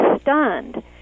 stunned